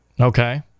Okay